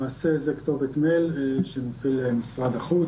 למעשה זו כתובת מייל שמפעיל משרד החוץ